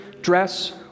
dress